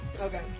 Okay